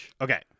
Okay